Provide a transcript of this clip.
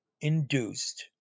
induced